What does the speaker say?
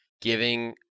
giving